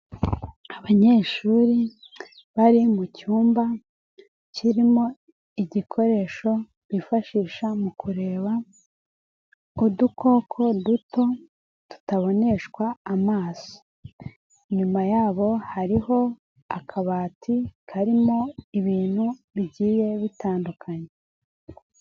Abanyeshuri bari mu cyumba, kirimo igikoresho bifashisha mu kureba udukoko duto tutaboneshwa amaso, inyuma yabo hariho akabati karimo ibintu bigiye bitandukanye.